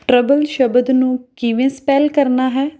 trouble ਸ਼ਬਦ ਨੂੰ ਕਿਵੇਂ ਸਪੈੱਲ ਕਰਨਾ ਹੈ